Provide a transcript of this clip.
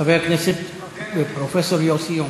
חבר הכנסת פרופסור יוסי יונה.